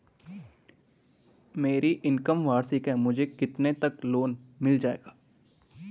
मेरी इनकम वार्षिक है मुझे कितने तक लोन मिल जाएगा?